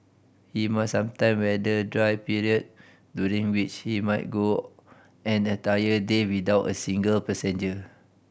he must sometime weather dry period during which he might go an entire day without a single passenger